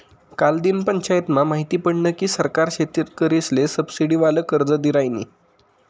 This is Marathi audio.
कालदिन पंचायतमा माहिती पडनं की सरकार शेतकरीसले सबसिडीवालं कर्ज दी रायनी